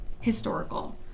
historical